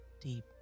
deep